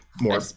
more